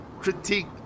critique